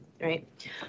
right